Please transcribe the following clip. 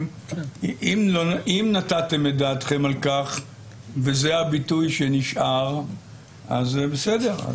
אם נתתם את דעתכם על כך וזה הביטוי שנשאר, בסדר.